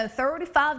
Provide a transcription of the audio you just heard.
35